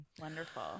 Wonderful